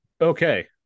Okay